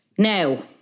Now